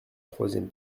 troisième